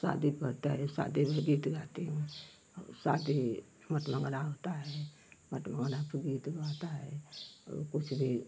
शादी पड़ता है जब शादी भा गीत गाती हूँ और शादी मठ मंगरा होता है मठ मंगरा पर गीत गाता है वो कुछ भी